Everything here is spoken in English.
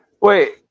Wait